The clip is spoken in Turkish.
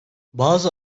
bazı